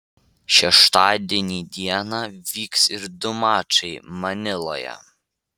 šeštadienį dieną vyks ir du mačai maniloje